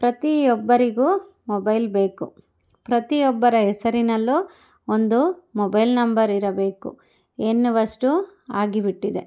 ಪ್ರತಿಯೊಬ್ಬರಿಗೂ ಮೊಬೈಲ್ ಬೇಕು ಪ್ರತಿಯೊಬ್ಬರ ಹೆಸರಿನಲ್ಲೂ ಒಂದು ಮೊಬೈಲ್ ನಂಬರ್ ಇರಬೇಕು ಎನ್ನುವಷ್ಟು ಆಗಿ ಬಿಟ್ಟಿದೆ